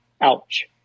Ouch